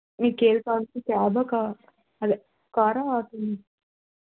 మీకు ఏది కావాలి క్యాబా కా కారా ఆ